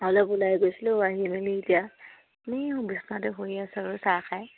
অলপ ওলাই গৈছিলোঁ আহি মেলি এতিয়া এনেই আৰু বিচনাতে শুই আছোঁ আৰু চাহ খাই